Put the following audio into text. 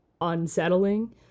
unsettling